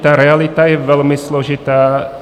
Realita je velmi složitá.